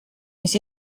mis